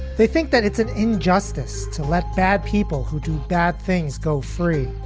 they think that it's an injustice to let bad people who do bad things go free.